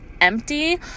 empty